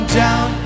down